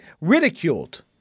ridiculed